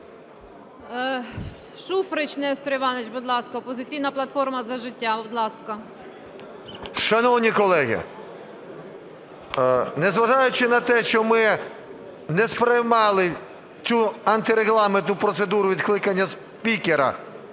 Шуфрич Нестор Іванович, будь ласка, "Опозиційна платформа – За життя". Будь ласка. 13:54:45 ШУФРИЧ Н.І. Шановні колеги, незважаючи на те, що ми не сприймали цю антирегламентну процедуру відкликання спікера